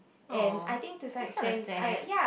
!aww! that is kinda sad